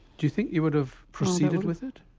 you think you would have proceeded with it?